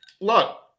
Look